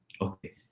okay